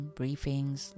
briefings